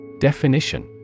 Definition